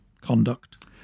conduct